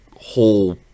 whole